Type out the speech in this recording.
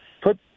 Put